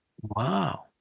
Wow